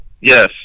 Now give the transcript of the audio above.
Yes